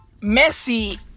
Messi